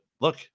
look